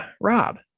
Rob